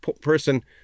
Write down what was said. person